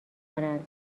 کنند